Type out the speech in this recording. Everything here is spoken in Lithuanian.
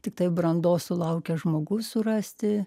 tiktai brandos sulaukęs žmogus surasti